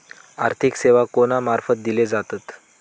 आर्थिक सेवा कोणा मार्फत दिले जातत?